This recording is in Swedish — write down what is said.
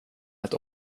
ett